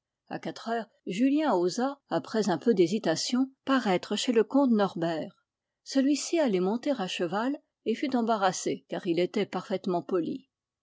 a quatre heures julien osa après un peu d'hésitation paraître chez le comte norbert celui-ci allait monter à cheval et fut embarrassé car il était parfaitement poli